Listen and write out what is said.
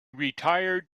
retired